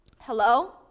Hello